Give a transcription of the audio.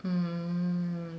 mm